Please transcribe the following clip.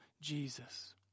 Jesus